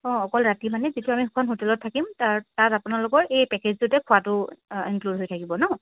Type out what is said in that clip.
অ' অকল ৰাতি মানে যিটো আমি মানে যিখন হোটেলত থাকিম তাৰ তাত আপোনালোকৰ এই পেকেজটোতে খোৱাটো ইনক্লোড হৈ থাকিব ন